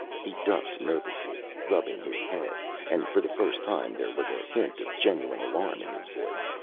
he ducked nervously, rubbing his head and for the first time there was a hint of genuine alarm in his voice.